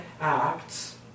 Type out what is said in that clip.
acts